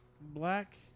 Black